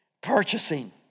purchasing